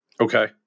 Okay